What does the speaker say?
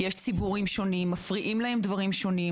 ציבורים שונים, מפריעים להם דברים שונים.